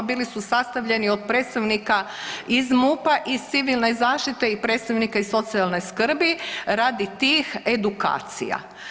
Bili su sastavljeni od predstavnika iz MUP-a i iz civilne zaštite i predstavnika iz socijalne skrbi radi tih edukacija.